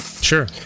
Sure